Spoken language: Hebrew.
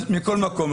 מכל מקום,